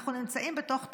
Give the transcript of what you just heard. אנחנו נמצאים בתוך תהליך.